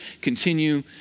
continue